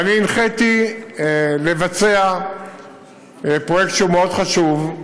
הנחיתי לבצע פרויקט שהוא מאוד חשוב,